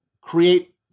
create